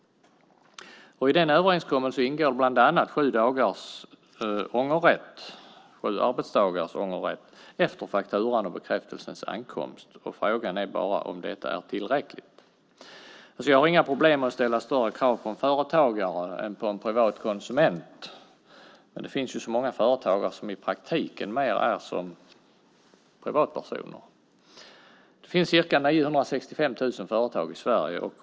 I den överenskommelsen ingår bland annat sju arbetsdagars ångerrätt efter fakturans och bekräftelsens ankomst. Frågan är bara om detta är tillräckligt. Jag har inga problem med att ställa större krav på en företagare än på en privat konsument, men det finns många företagare som i praktiken mer är som privatpersoner. Det finns ca 965 000 företag i Sverige.